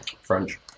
French